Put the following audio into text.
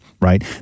right